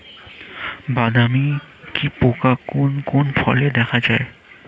বাদামি কি পোকা কোন কোন ফলে দেখা যায়?